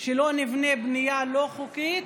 שלא נבנה בנייה לא חוקית.